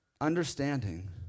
understanding